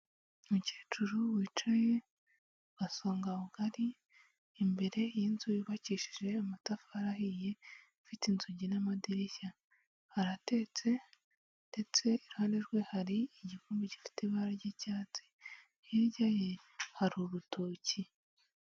Umukecuru wicaye ku gabasongabugari, imbere y'inzu yubakishije amatafari ahiye, afite inzugi n'amadirishya, aratetse ndetse iruhande rwe hari igikombe gifite ibara ry'icyatsi, hirya ye hari urutok.i